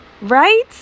right